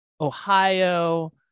Ohio